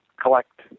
collect